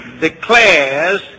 declares